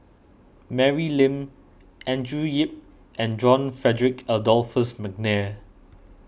Mary Lim Andrew Yip and John Frederick Adolphus McNair